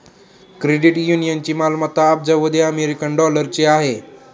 credit युनियनची मालमत्ता अब्जावधी अमेरिकन डॉलरची आहे